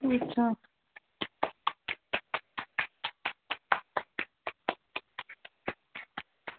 अच्छा